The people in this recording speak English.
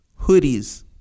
hoodies